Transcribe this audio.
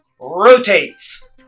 Rotates